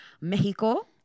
Mexico